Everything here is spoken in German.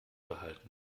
behalten